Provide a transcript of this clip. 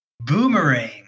Boomerang